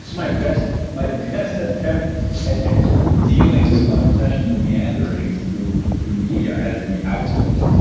it's my best my best attempt at at sort of dealing with my obsessions and meanderings through through media as the output.